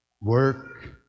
work